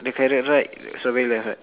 the carrot right